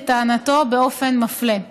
לטענתו באופן מפלה.